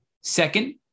Second